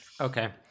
Okay